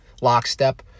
lockstep